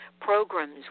programs